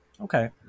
okay